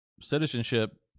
citizenship